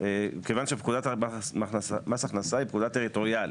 כיוון שפקודת מס הכנסה היא פקודה טריטוריאלית,